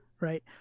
Right